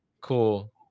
cool